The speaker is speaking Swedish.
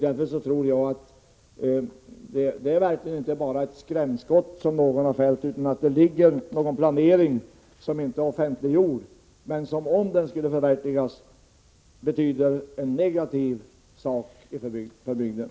Det är verkligen inte bara fråga om ett skrämskott som någon har avlossat, utan det finns en plan som inte är offentliggjord men som, om den förverkligades, skulle betyda någonting negativt för bygden.